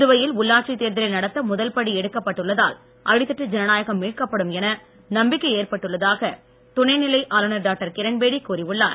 புதுவையில் உள்ளாட்சி தேர்தலை நடத்த முதல் படி எடுக்கப் பட்டுள்ளதால் அடித்தட்டு ஜனநாயகம் மீட்கப்படும் என நம்பிக்கை ஏற்பட்டுள்ளதாக துணைநிலை ஆளுநர் டாக்டர் கிரண்பேடி கூறியுள்ளார்